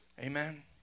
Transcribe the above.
Amen